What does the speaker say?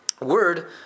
word